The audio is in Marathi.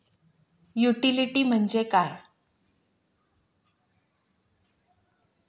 युटिलिटी म्हणजे काय?